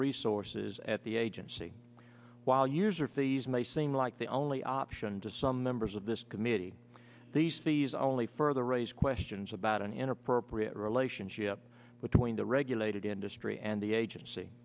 resources at the agency while yours are fees may seem like the only option to some members of this committee these these are only further raise questions about an inappropriate relationship between the regulated industry and the agency